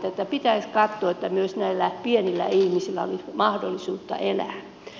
pitäisi katsoa että myös näillä pienillä ihmisillä olisi mahdollisuus elää